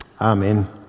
Amen